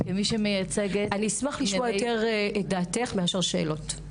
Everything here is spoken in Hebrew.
אני אשמח לשמוע יותר את דעתך, מאשר שאלות.